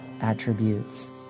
attributes